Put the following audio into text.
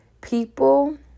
people